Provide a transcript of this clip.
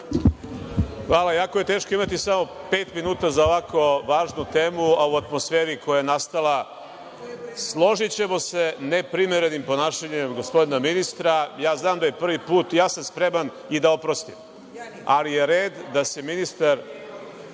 Jako je teško imati samo pet minuta za ovako važnu temu, a u atmosferi koja je nastala, složićemo se, neprimerenim ponašanjem gospodina ministra. Znam da je prvi put i ja sam spreman i da oprostim, ali je red da se ministar